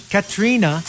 Katrina